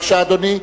בבקשה, אדוני.